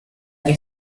qué